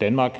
Danmark